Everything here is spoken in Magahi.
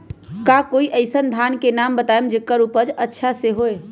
का कोई अइसन धान के नाम बताएब जेकर उपज अच्छा से होय?